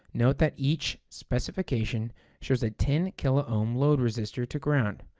note that each specification shows a ten kiloohm load resistor to ground,